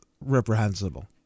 reprehensible